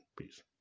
Peace